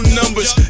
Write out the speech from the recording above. numbers